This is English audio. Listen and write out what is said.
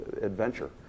adventure